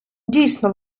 дійсно